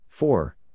Four